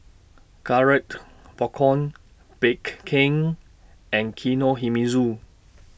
Garrett Popcorn Bake King and Kinohimitsu